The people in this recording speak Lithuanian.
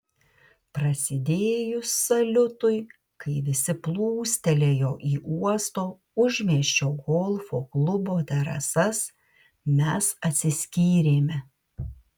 prasidėjus saliutui kai visi plūstelėjo į uosto užmiesčio golfo klubo terasas mes atsiskyrėme